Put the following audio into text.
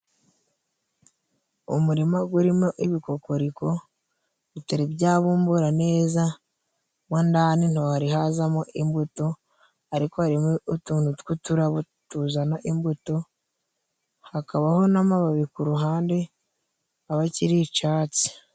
Umurima gurimo ibikokoriko bitari byabumbura neza, mo ndani nto hari hazamo imbuto, ariko harimo utuntu tw'uturabo tuzana imbuto, hakabaho n'amababi kuruhande aba akiri icatsi.